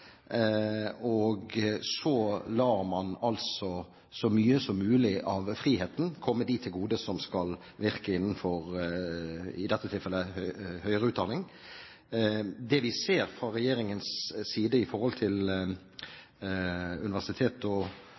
og så lar man så mye som mulig av friheten komme dem til gode som skal virke innenfor – i dette tilfellet – høyere utdanning. Det vi ser fra regjeringens side